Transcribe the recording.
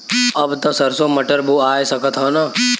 अब त सरसो मटर बोआय सकत ह न?